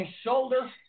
shoulder